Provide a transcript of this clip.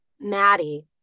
Maddie